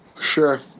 Sure